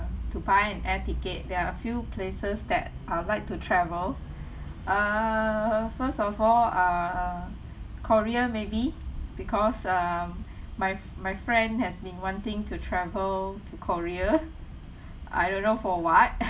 to buy an air ticket there are a few places that I would like to travel err first of all err korea maybe because um my my friend has been wanting to travel to korea I don't know for what